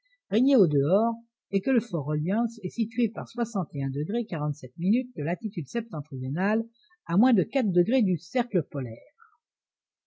régnait au dehors et que le fort reliance est situé par de latitude septentrionale à moins de quatre degrés du cercle polaire